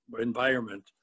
environment